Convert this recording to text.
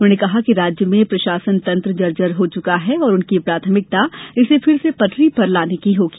उन्होंने कहा कि राज्य में प्रशासन तंत्र जर्जर हो चुका है और उनकी प्राथमिकता इसे फिर से पटरी पर लाने की होगी